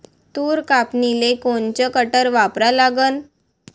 तूर कापनीले कोनचं कटर वापरा लागन?